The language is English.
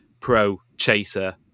pro-chaser